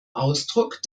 ausdruck